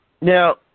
Now